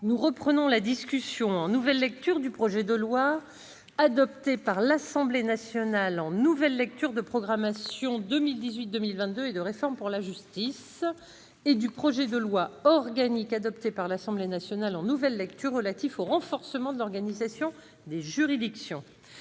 Nous poursuivons la discussion, en nouvelle lecture, du projet de loi, adopté par l'Assemblée nationale en nouvelle lecture, de programmation 2018-2022 et de réforme pour la justice et du projet de loi organique, adopté par l'Assemblée nationale en nouvelle lecture, relatif au renforcement de l'organisation des juridictions.